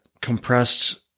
compressed